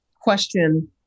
question